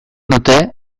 dute